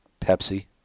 Pepsi